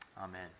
Amen